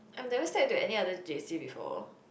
I have never stepped into other J_C before